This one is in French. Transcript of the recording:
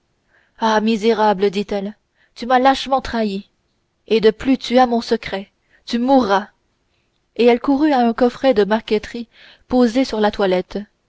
ah misérable dit-elle tu m'as lâchement trahie et de plus tu as mon secret tu mourras et elle courut à un coffret de marqueterie posé sur la toilette